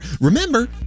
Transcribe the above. Remember